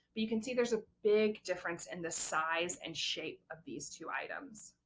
but you can see there's a big difference in the size and shape of these two items.